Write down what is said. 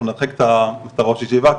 אנחנו נרחיק את הראש הישיבה,